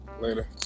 Later